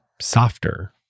softer